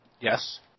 Yes